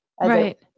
right